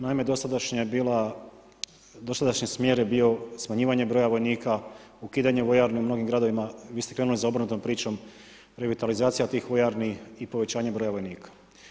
Naime, dosadašnja je bila, dosadašnji smjer je bio smanjivanje broja vojnika, ukidanje vojarni u mnogim gradovima, vi ste krenuli s obrnutom pričom, revitalizacija tih vojarni i povećanje broja vojnika.